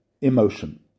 emotion